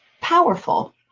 powerful